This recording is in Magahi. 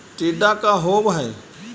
टीडा का होव हैं?